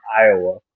Iowa